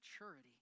maturity